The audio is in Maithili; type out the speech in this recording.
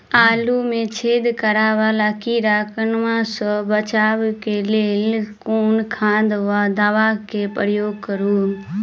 आलु मे छेद करा वला कीड़ा कन्वा सँ बचाब केँ लेल केँ खाद वा दवा केँ प्रयोग करू?